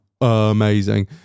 amazing